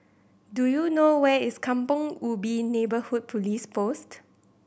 do you know where is Kampong Ubi Neighbourhood Police Post